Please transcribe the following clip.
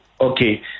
okay